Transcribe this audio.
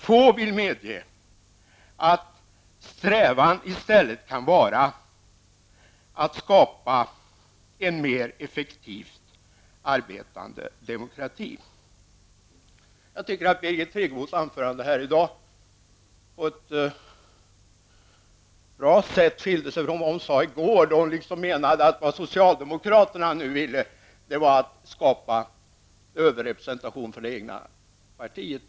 Få vill medge att strävan i stället kan vara att skapa en mer effektivt arbetande demokrati. Jag tycker att Birgit Friggebos anförande här i dag på ett bra sätt skilde sig från vad hon sade i går, då hon liksom menade att vad socialdemokraterna nu vill är att skapa överrepresentation för det egna partiet.